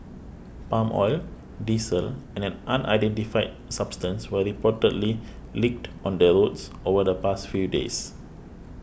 palm oil diesel and an unidentified substance were reportedly leaked on the roads over the past few days